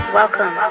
welcome